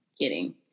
kidding